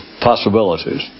possibilities